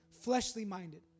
fleshly-minded